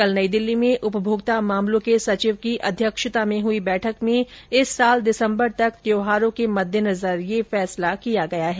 कल नई दिल्ली में उपभोक्ता मामलों के सचिव की अध्यक्षता में हुई बैठक में इस वर्ष दिसम्बर तक त्यौहारों के मद्देनजर यह फैसला किया गया है